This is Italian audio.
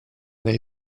del